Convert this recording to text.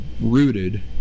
rooted